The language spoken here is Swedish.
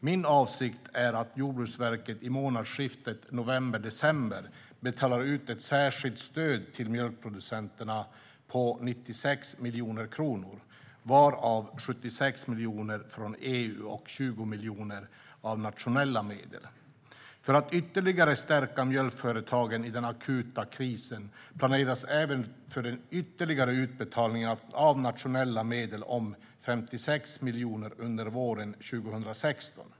Min avsikt är att Jordbruksverket i månadsskiftet november/december ska betala ut ett särskilt stöd till mjölkproducenter på 96 miljoner kronor, varav 76 miljoner från EU och 20 miljoner av nationella medel. För att ytterligare stärka mjölkföretagen i den akuta krisen planeras även för en ytterligare utbetalning av nationella medel om 56 miljoner under våren 2016.